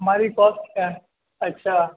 ہماری کیا ہے اچھا